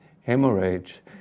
hemorrhage